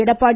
Edappadi